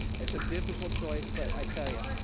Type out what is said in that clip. it's a difficult choice, but i tell ya,